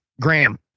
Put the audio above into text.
Graham